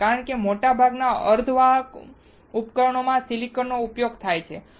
કેમ કારણ કે મોટાભાગના અર્ધ વાહક ઉપકરણોમાં સિલિકોનનો ઉપયોગ થાય છે